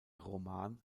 roman